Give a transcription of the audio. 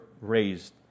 raised